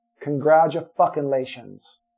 Congratulations